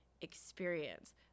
experience